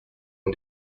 mon